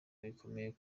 bikomeye